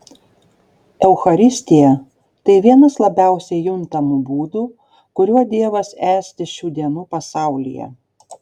eucharistija tai vienas labiausiai juntamų būdų kuriuo dievas esti šių dienų pasaulyje